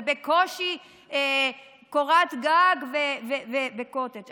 זה בקושי קורת גג וקוטג'.